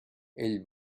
ell